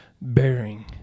bearing